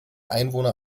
einwohner